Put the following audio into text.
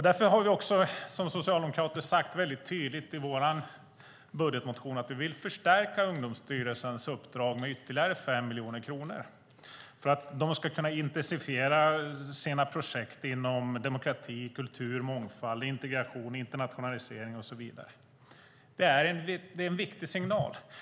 Därför har vi som socialdemokrater också väldigt tydligt sagt i vår budgetmotion att vi vill förstärka Ungdomsstyrelsens uppdrag med ytterligare 5 miljoner kronor för att de ska kunna intensifiera sina projekt inom demokrati, kultur, mångfald, integration, internationalisering och så vidare. Det är en viktig signal.